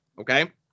okay